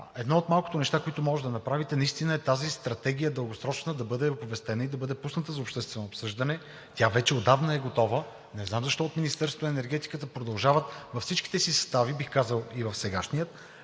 Едно от малкото неща, които може да направите, е тази дългосрочна стратегия да бъде оповестена и да бъде пусната за обществено обсъждане. Тя вече отдавна е готова. Не знам защо от Министерството на енергетиката продължават във всичките си състави, бих казал – и в сегашния,